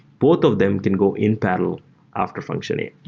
both of them can go in parallel after function a.